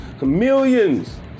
millions